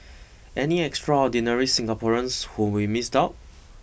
any extraordinary Singaporeans whom we missed out